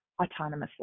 autonomously